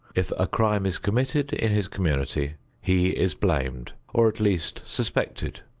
if a crime is committed in his community he is blamed or at least suspected.